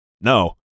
no